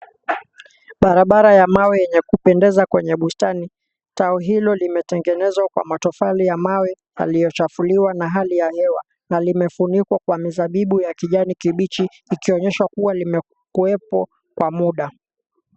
Barabara ya mawe yenye kupendeza kwenye bustani. Tau hilo limetengenezwa kwa matofali ya mawe yaliyochafuliwa na hali ya hewa na limefunikwa kwa mizabibu ya kijani kibichi, ikionyeshwa kuwa limekuwepo kwa muda.